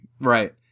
Right